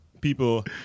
people